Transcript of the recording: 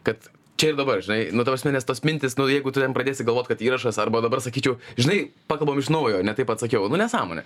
kad čia ir dabar žinai nu ta prasme nes tos mintys nu jeigu tu ten pradėsi galvoti kad įrašas arba dabar sakyčiau žinai pakalbam iš naujo ne taip atsakiau nu nesąmonė